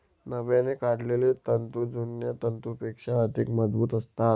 नव्याने काढलेले तंतू जुन्या तंतूंपेक्षा अधिक मजबूत असतात